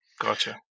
gotcha